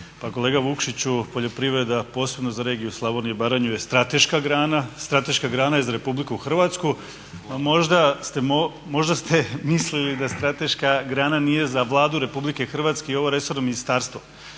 kolega Vukšiću poljoprivreda posebno za regiju Slavonije i Baranje je strateška grana, strateška grana je i za RH no možda ste mislili da strateška grana nije za Vladu RH i ovo resorno ministarstvo.